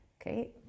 Okay